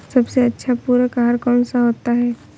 सबसे अच्छा पूरक आहार कौन सा होता है?